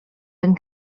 been